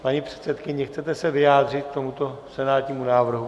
Paní předsedkyně, chcete se vyjádřit k tomuto senátnímu návrhu?